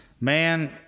man